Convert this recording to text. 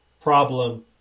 problem